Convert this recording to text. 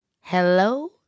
Hello